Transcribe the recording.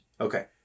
Okay